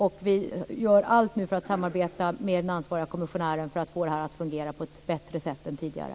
Vi gör nu allt för att samarbeta med den ansvariga kommissionären för att få det här att fungera på ett bättre sätt än tidigare.